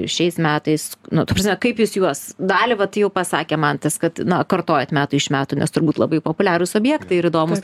šiais metais nu ta prasme kaip jūs juos dalį vat jau pasakė mantas kad na kartojat metai iš metų nes turbūt labai populiarūs objektai ir įdomūs